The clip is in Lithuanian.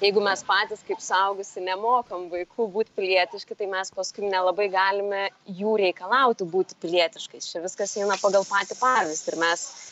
jeigu mes patys kaip suaugusi nemokom vaikų būt pilietiški tai mes paskui nelabai galime jų reikalauti būt pilietiškais čia viskas eina pagal patį pavyzdį mes